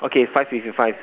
okay five fifty five